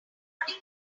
without